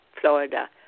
florida